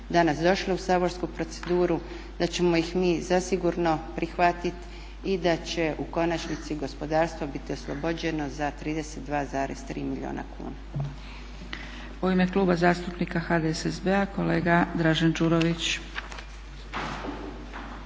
danas došle u saborsku proceduru, da ćemo ih mi zasigurno prihvatit i da će u konačnici gospodarstvo biti oslobođeno za 32,3 milijuna kuna.